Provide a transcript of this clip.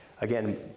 again